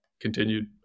continued